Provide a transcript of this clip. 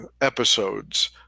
episodes